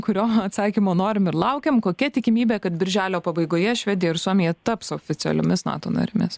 kurio atsakymo norim ir laukiam kokia tikimybė kad birželio pabaigoje švedija ir suomija taps oficialiomis nato narėmis